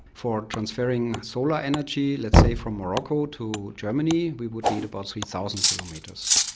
for transferring solar energy, let's say, from morocco to germany, we would need about three thousand kilometres.